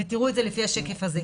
ותראו את זה לפי השקף הזה.